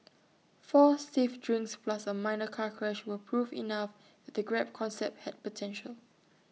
four stiff drinks plus A minor car crash were proof enough the grab concept had potential